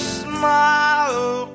smile